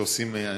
שעושים